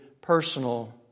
personal